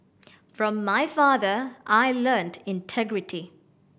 from my father I learnt integrity